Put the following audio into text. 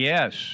Yes